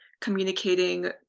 communicating